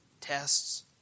tests